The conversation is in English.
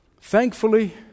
Thankfully